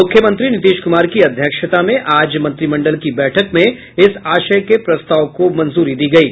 मुख्यमंत्री नीतीश कुमार की अध्यक्षता में आज मंत्रिमंडल की बैठक में इस आशय के प्रस्ताव को मंजूरी दी गयी